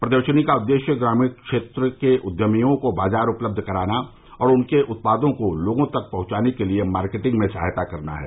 प्रदर्शनी का उद्देश्य ग्रामीण क्षेत्र के उद्यमियों को बाजार उपलब्ध कराना और उनके उत्पादों को लोगों तक पहुंचाने के लिए मार्केटिंग में सहायता करना है